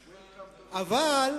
אבל,